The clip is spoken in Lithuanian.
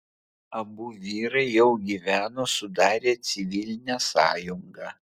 abu vyrai jau gyveno sudarę civilinę sąjungą